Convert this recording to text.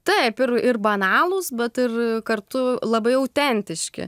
taip ir ir banalūs bet ir kartu labai autentiški